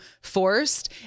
forced